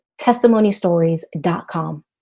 testimonystories.com